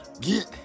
get